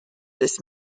this